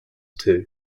too